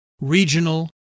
regional